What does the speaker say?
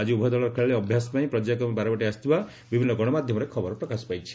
ଆକି ଉଭୟ ଦଳର ଖେଳାଳି ଅଭ୍ୟାସ ପାଇଁ ପର୍ଯ୍ୟାୟକ୍ରମେ ବାରବାଟୀ ଆସିଥିବା ବିଭିନ୍ ଗଣମାଧ୍ଧମରେ ଖବର ପ୍ରକାଶ ପାଇଛି